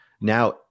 now